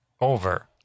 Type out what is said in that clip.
over